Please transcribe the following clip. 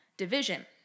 division